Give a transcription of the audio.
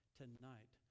tonight